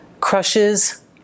crushes